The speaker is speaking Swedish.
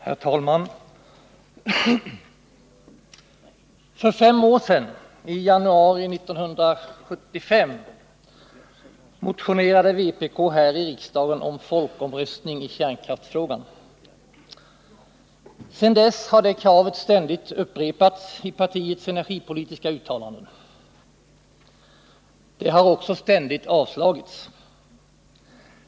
Herr talman! För fem år sedan, i januari 1975, motionerade vpk här i riksdagen om folkomröstning i kärnkraftsfrågan. Sedan dess har det kravet ständigt upprepats i partiets energipolitiska uttalanden. Det har också ständigt avslagits.